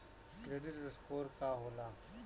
Credit score का होला?